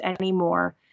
anymore